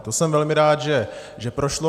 To jsem velmi rád, že prošlo.